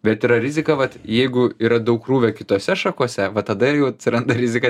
bet yra rizika vat jeigu yra daug krūvio kitose šakose va tada jau atsiranda rizika